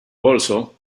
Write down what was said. also